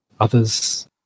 others